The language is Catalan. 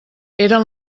eren